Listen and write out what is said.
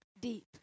deep